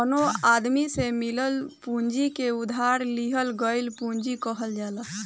कवनो आदमी से मिलल पूंजी के उधार लिहल गईल पूंजी कहल जाला